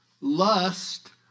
lust